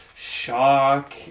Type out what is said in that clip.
shock